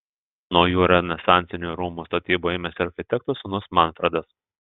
naujų renesansinių rūmų statybų ėmėsi architekto sūnus manfredas